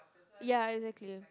ya exactly